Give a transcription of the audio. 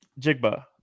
Jigba